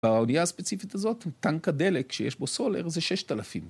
באונייה הספציפית הזאת, טנק הדלק שיש בו סולר זה ששת אלפים.